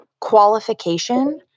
qualification